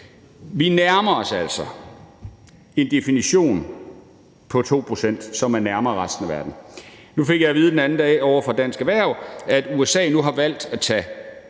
vi nærmer os altså en definition på de 2 pct., som er nærmere resten af verdens. Nu fik jeg at vide den anden dag ovre fra Dansk Erhverv, at USA har valgt at tage